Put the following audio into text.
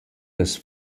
las